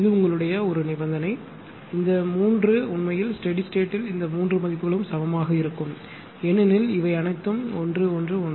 இது உங்களுடைய ஒரு நிபந்தனை இந்த 3 உண்மையில் ஸ்டெடி ஸ்டேட்யில் இந்த 3 மதிப்புகளும் சமமாக இருக்கும் ஏனெனில் அனைத்தும் 1 1 1